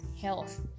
health